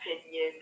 opinion